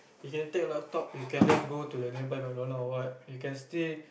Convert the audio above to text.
you can take your laptop you can just to the nearby Macdonalds or what you can still